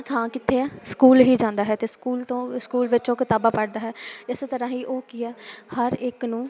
ਥਾਂ ਕਿੱਥੇ ਆ ਸਕੂਲ ਹੀ ਜਾਂਦਾ ਹੈ ਅਤੇ ਸਕੂਲ ਤੋਂ ਸਕੂਲ ਵਿੱਚੋਂ ਕਿਤਾਬਾਂ ਪੜ੍ਹਦਾ ਹੈ ਇਸ ਤਰ੍ਹਾਂ ਹੀ ਉਹ ਕੀ ਆ ਹਰ ਇੱਕ ਨੂੰ